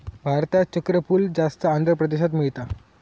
भारतात चक्रफूल जास्त आंध्र प्रदेशात मिळता